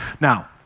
Now